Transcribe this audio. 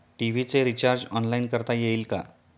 TV चे recharge online करता येईल का?